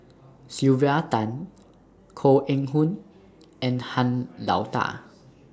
Sylvia Tan Koh Eng Hoon and Han Lao DA